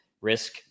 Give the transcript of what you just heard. risk